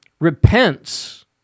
repents